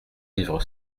vivre